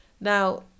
Now